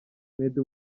meddy